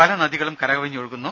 പല നദികളും കരകവിഞ്ഞൊഴുകുന്നു